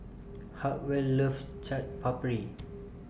Hartwell loves Chaat Papri